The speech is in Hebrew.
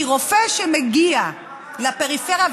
כי רופא שמגיע לפריפריה,